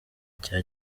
cya